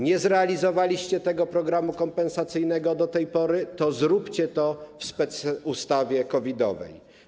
Nie zrealizowaliście tego programu kompensacyjnego do tej pory, to zróbcie to w specustawie COVID-owej.